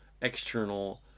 external